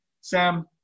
Sam